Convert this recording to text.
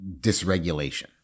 dysregulation